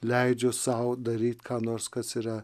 leidžiu sau daryt ką nors kas yra